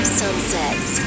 sunsets